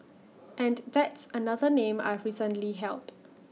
and that's another name I've recently held